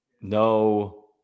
no